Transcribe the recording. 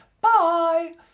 bye